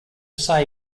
say